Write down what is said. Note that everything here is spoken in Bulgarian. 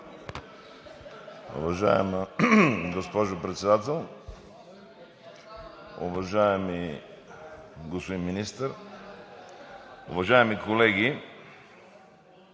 Уважаема госпожо Председател, уважаеми господин Министър, уважаеми госпожи